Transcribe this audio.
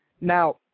Now